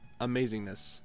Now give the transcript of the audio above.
amazingness